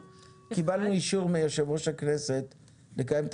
קיבלנו אישור מיושב ראש הכנסת לקיים את